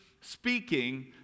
speaking